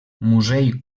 musell